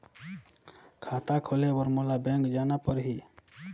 खाता खोले बर मोला बैंक जाना परही?